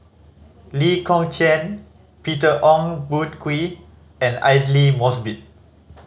Lee Kong Chian Peter Ong Boon Kwee and Aidli Mosbit